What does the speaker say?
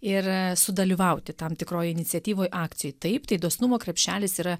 ir sudalyvauti tam tikroj iniciatyvoj akcijoj taip tai dosnumo krepšelis yra